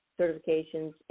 certifications